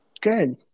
good